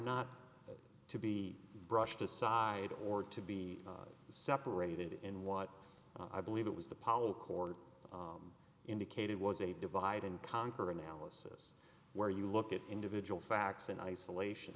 not to be brushed aside or to be separated in what i believe it was the power cord indicated was a divide and conquer analysis where you look at individual facts in isolation